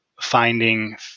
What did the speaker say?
finding